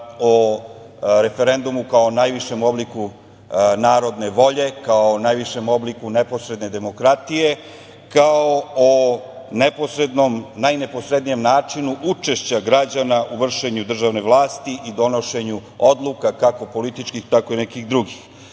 o referendumu kao najvišem obliku narodne volje, kao najvišem obliku neposredne demokratije, kao o najneposrednijem načinu učešća građana u vršenju državne vlasti i donošenju odluka, kao političkih, tako i nekih drugih.S